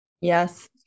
Yes